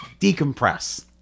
decompress